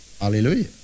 Hallelujah